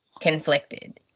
conflicted